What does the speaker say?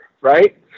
Right